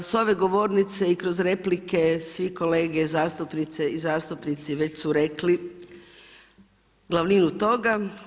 S ove govornice i kroz replike svi kolege zastupnici i zastupnice već su rekli glavninu toga.